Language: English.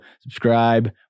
subscribe